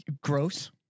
Gross